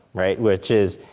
right, which is,